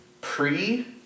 Pre-